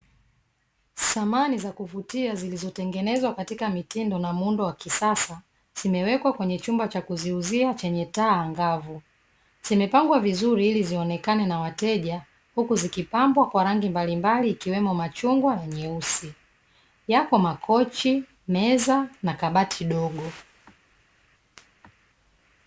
Samani za kuvutia zilizotengenezwa katika mitindo na muundo wa kisasa zimewekwa kwenye chumba za kuziuzia chenye taa angavu. Zimepangwa vizuri ilizionekane na wateja, huku zikipambwa kwa rangi mbalimbali ikiwemo machungwa na nyeusi. Yapo makochi, meza na kabati dogo.